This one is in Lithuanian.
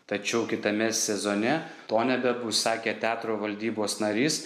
tačiau kitame sezone to nebebus sakė teatro valdybos narys